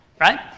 right